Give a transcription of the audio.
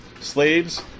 slaves